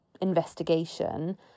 investigation